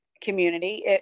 community